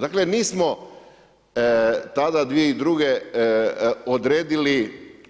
Dakle, nismo tada 2002.